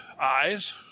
eyes